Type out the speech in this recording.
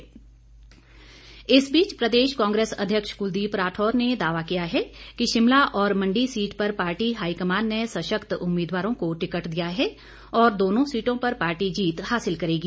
राठौर धनीराम इस बीच प्रदेश कांग्रेस अध्यक्ष कलदीप राठौर ने दावा किया है कि शिमला और मंडी सीट पर पार्टी हाईकमान ने सशक्त उम्मीदवारों को टिकट दिया है और दोनों सीटों पर पार्टी जीत हासिल करेगी